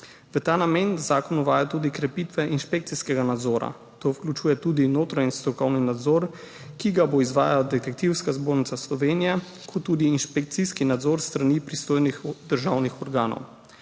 V ta namen zakon uvaja tudi krepitve inšpekcijskega nadzora. To vključuje tudi notranji strokovni nadzor, ki ga bo izvajala Detektivska zbornica Slovenije, kot tudi inšpekcijski nadzor s strani pristojnih državnih organov.